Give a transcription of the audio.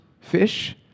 fish